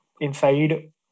inside